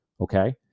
okay